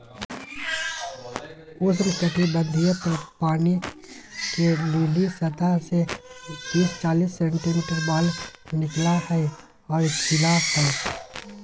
उष्णकटिबंधीय पानी के लिली सतह से तिस चालीस सेंटीमीटर बाहर निकला हइ और खिला हइ